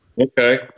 Okay